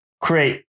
create